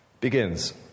Begins